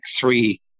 three